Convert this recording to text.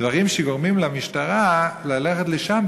דברים שגורמים למשטרה ללכת לשם,